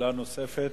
שאלה נוספת.